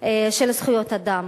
של זכויות אדם